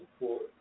support